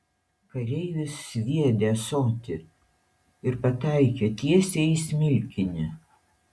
kareivis sviedė ąsotį ir pataikė tiesiai į smilkinį